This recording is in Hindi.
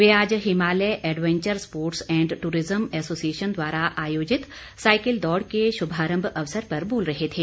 वे आज Himalaya adventure sports and tourism association द्वारा आयोजित साइकिल दौड़ के शुभारम्भ अवसर पर बोल रहे थे